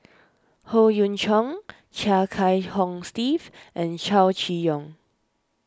Howe Yoon Chong Chia Kiah Hong Steve and Chow Chee Yong